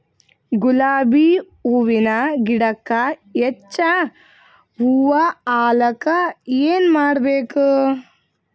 ಗುಲಾಬಿ ಹೂವಿನ ಗಿಡಕ್ಕ ಹೆಚ್ಚ ಹೂವಾ ಆಲಕ ಏನ ಮಾಡಬೇಕು?